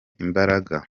imbaraga